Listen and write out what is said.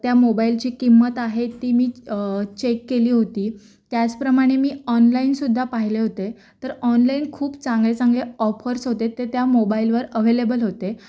त्या मोबाईलची किंमत आहे ती मी चेक केली होती त्याचप्रमाणे मी ऑनलाईनसुद्धा पाहिले होते तर ऑनलाईन खूप चांगले चांगले ऑफर्स होते ते त्या मोबाईलवर अव्हेलेबल होते